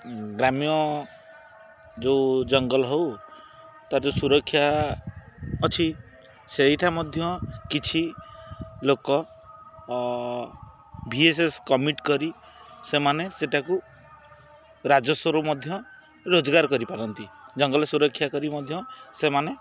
ଗ୍ରାମ୍ୟ ଯେଉଁ ଜଙ୍ଗଲ ହଉ ତା' ଯେଉଁ ସୁରକ୍ଷା ଅଛି ସେଇଟା ମଧ୍ୟ କିଛି ଲୋକ ଭି ଏସ ଏସ୍ କମିଟ୍ କରି ସେମାନେ ସେଟାକୁ ରାଜସ୍ୱରୁ ମଧ୍ୟ ରୋଜଗାର କରିପାରନ୍ତି ଜଙ୍ଗଲରେ ସୁରକ୍ଷା କରି ମଧ୍ୟ ସେମାନେ